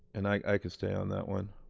and i could stay on that one.